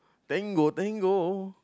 Tango Tango